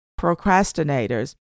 procrastinators